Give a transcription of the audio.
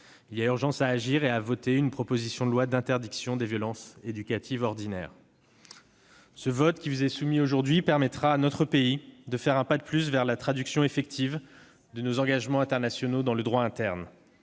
Il y a urgence à agir et à voter une proposition de loi d'interdiction des violences éducatives ordinaires. Ce vote permettra à notre pays de faire un pas de plus vers la traduction effective de ses engagements internationaux dans le droit interne.